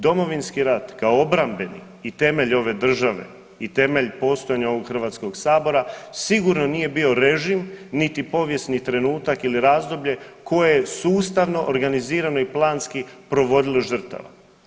Domovinski rat kao obrambeni i temelj ove države i temelj postojanja ovog Hrvatskoga sabora sigurno nije bio režim niti povijesni trenutak ili razdoblje koje je sustavno, organizirano i planski provodilo žrtava.